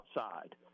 outside